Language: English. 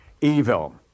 evil